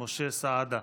משה סעדה.